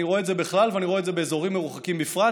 אני רואה את זה בכלל ואני רואה את זה באזורים מרוחקים בפרט,